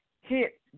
hit